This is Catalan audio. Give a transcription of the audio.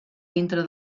dintre